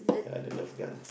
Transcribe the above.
ya the Nerf guns